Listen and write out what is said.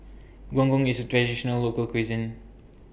Gong Gong IS A Traditional Local Cuisine